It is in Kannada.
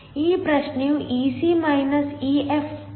ಈ ಪ್ರಶ್ನೆಯು Ec EF 0